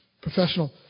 professional